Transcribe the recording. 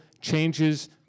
changes